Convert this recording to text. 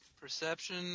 Perception